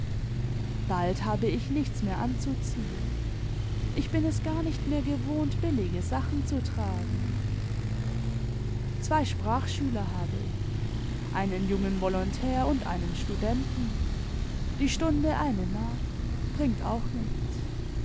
bald habe ich nichts mehr anzuziehen ich bin es gar nicht mehr gewohnt billige sachen zu tragen zwei sprachschüler habe ich einen jungen volontär und einen studenten die stunde eine mark bringt auch nichts